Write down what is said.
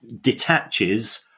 detaches